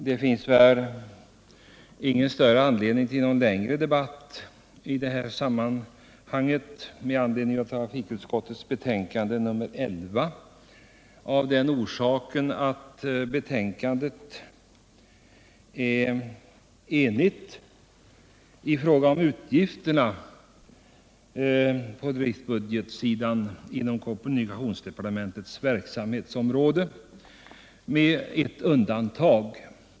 Det finns ingen anledning till någon längre debatt med anledning av trafikutskottets betänkande nr 11, av den orsaken att betänkandet är enhälligt i fråga om utgifterna på driftbudgetsidan inom kommunikationsdepartementets verksamhetsområde — med ert undantag.